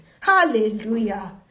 Hallelujah